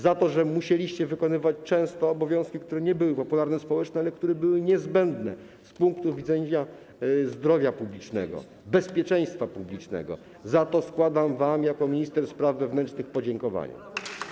Za to, że musieliście wykonywać często obowiązki, które nie były popularne społecznie, ale które były niezbędne z punktu widzenia zdrowia publicznego, bezpieczeństwa publicznego - za to składam wam jako minister spraw wewnętrznych podziękowania.